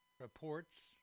reports